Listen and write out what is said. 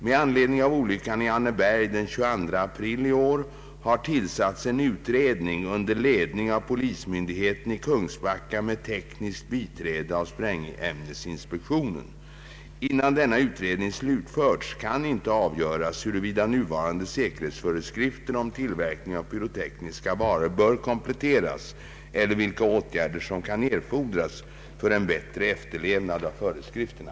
Med anledning av olyckan i Anneberg den 22 april i år har tillsatts en utredning under ledning av polismyndigheten i Kungsbacka med tekniskt biträde av sprängämnesinspektionen. Innan denna utredning slutförts kan inte avgöras huruvida nuvarande säkerhetsföreskrifter om tillverkningen av pyrotekniska varor bör kompletteras eller vilka åtgärder som kan erfordras för en bättre efterlevnad av föreskrifterna.